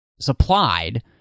supplied